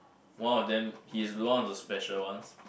one of them he is one of the special ones